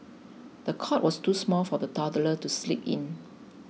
the cot was too small for the toddler to sleep in